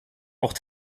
auch